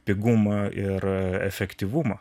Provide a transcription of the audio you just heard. pigumą ir efektyvumą